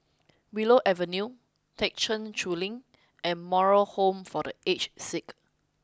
Willow Avenue Thekchen Choling and Moral Home for The Aged Sick